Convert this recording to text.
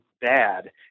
bad